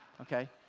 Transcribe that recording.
okay